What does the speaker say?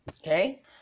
Okay